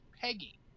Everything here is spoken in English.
Peggy